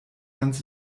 ganz